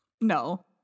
no